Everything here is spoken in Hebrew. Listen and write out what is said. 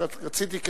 רק רציתי,